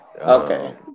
Okay